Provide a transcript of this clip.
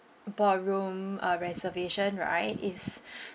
ballroom uh reservation right is